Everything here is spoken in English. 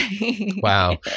Wow